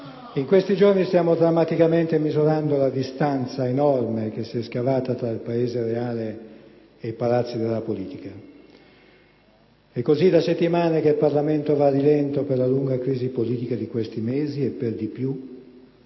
In questi giorni stiamo drammaticamente misurando la distanza enorme che si è scavata tra il Paese reale e i palazzi della politica: così è da settimane che il Parlamento va a rilento per la lunga crisi politica di questi mesi e per di più